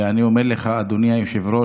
ואני אומר לך, אדוני היושב-ראש,